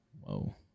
Whoa